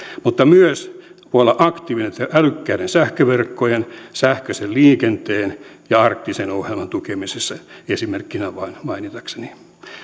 mutta voi olla aktiivinen myös älykkäiden sähköverkkojen sähköisen liikenteen ja arktisen ohjelman tukemisessa esimerkkeinä vain mainitakseni